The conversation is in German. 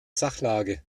sachlage